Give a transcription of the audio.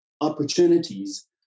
opportunities